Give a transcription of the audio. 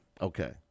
Okay